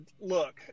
Look